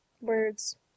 Words